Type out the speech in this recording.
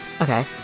okay